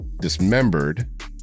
dismembered